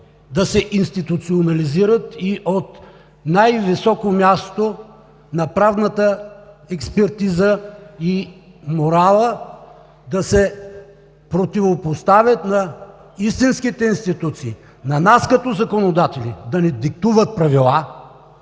да се институционализират, и от най-високото място на правната експертиза и морала да се противопоставят на истинските институции – на нас, като законодатели, да ни диктуват правила,